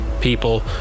people